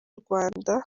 rwanda